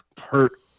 hurt